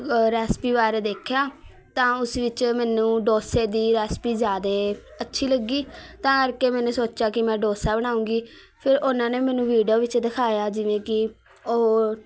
recipe ਬਾਰੇ ਦੇਖਿਆ ਤਾਂ ਉਸ ਵਿੱਚ ਮੈਨੂੰ ਡੋਸੇ ਦੀ ਰੈਸੀਪੀ ਜ਼ਿਆਦਾ ਅੱਛੀ ਲੱਗੀ ਤਾਂ ਕਰਕੇ ਮੈਨੇ ਸੋਚਿਆ ਕਿ ਮੈਂ ਡੋਸਾ ਬਣਾਉਂਗੀ ਫਿਰ ਉਨ੍ਹਾਂ ਨੇ ਮੈਨੂੰ ਵੀਡੀਓ ਵਿੱਚ ਦਿਖਾਇਆ ਜਿਵੇਂ ਕਿ ਓ